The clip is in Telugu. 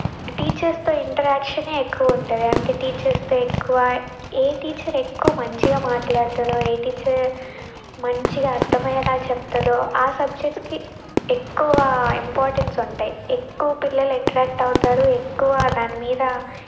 టీచర్స్తో ఇంటరాక్షనే ఎక్కువ ఉంటుంది అంటే టీచర్స్తో ఎక్కువ ఏ టీచర్ ఎక్కువ మంచిగా మాట్లాడుతుందో ఏ టీచర్ మంచిగా అర్థమయ్యేలా చెప్తుందో ఆ సబ్జెక్ట్స్కి ఎక్కువ ఇంపార్టెన్స్ ఉంటాయి ఎక్కువ పిల్లలు ఎట్రాక్ట్ అవుతారు ఎక్కువ దాని మీద